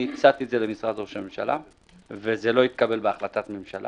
הצעתי את זה למשרד ראש הממשלה וזה לא התקבל בהחלטת ממשלה.